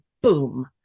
boom